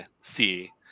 see